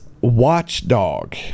watchdog